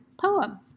poem